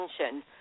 attention